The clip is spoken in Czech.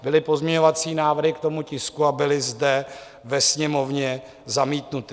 Byly pozměňovací návrhy k tomu tisku a byly zde ve Sněmovně zamítnuty.